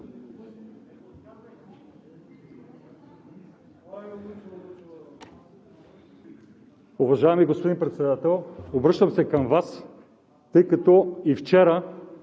Уважаеми господин Председател, обръщам се към Вас, тъй като и вчера